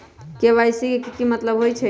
KYC के कि मतलब होइछइ?